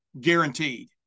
guaranteed